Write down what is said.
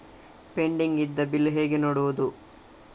Pending ಇದ್ದ bill ಹೇಗೆ ನೋಡುವುದು?